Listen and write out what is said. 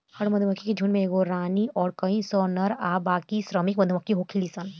हर मधुमक्खी के झुण्ड में एगो रानी अउर कई सौ नर आ बाकी श्रमिक मधुमक्खी होखेली सन